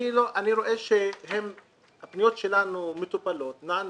אני רואה שהפניות שלנו מטופלות, נענות,